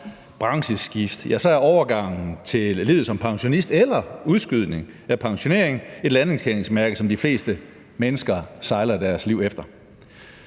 brancheskift er overgangen til livet som pensionist eller udskydning af pensionering et landmærke, som de fleste mennesker sejler efter